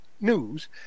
news